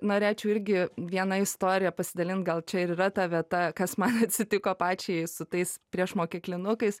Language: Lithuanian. norėčiau irgi viena istorija pasidalint gal čia ir yra ta vieta kas man atsitiko pačiai su tais priešmokyklinukais